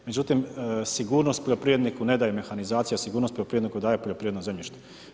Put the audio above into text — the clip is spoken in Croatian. Međutim, sigurnost poljoprivredniku ne daje mehanizacija, sigurnost poljoprivredniku daje poljoprivredno zemljište.